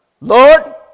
Lord